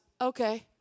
Okay